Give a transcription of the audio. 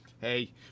Hey